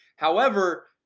however,